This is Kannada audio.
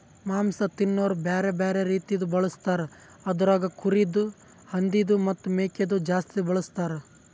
ಮಾಂಸ ತಿನೋರು ಬ್ಯಾರೆ ಬ್ಯಾರೆ ರೀತಿದು ಬಳಸ್ತಾರ್ ಅದುರಾಗ್ ಕುರಿದು, ಹಂದಿದು ಮತ್ತ್ ಮೇಕೆದು ಜಾಸ್ತಿ ಬಳಸ್ತಾರ್